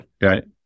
Right